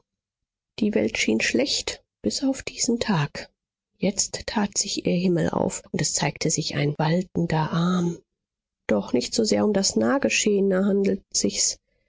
die welt schien schlecht bis auf diesen tag jetzt tat sich ihr himmel auf und es zeigte sich ein waltender arm doch nicht so sehr um das nahgeschehene handelte sich's